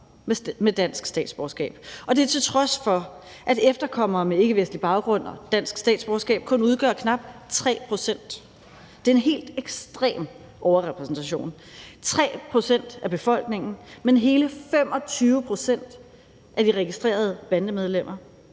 med dansk statsborgerskab, og det til trods for at efterkommere med ikkevestlig baggrund og dansk statsborgerskab kun udgør knap 3 pct. Det er en helt ekstrem overrepræsentation. De udgør 3 pct. af befolkningen, men hele 25 pct. af de registrerede bandemedlemmer.